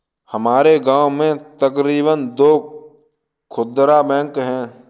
हमारे गांव में तकरीबन दो खुदरा बैंक है